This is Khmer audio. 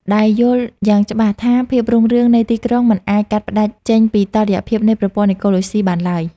ដែលយល់យ៉ាងច្បាស់ថាភាពរុងរឿងនៃទីក្រុងមិនអាចកាត់ផ្ដាច់ចេញពីតុល្យភាពនៃប្រព័ន្ធអេកូឡូស៊ីបានឡើយ។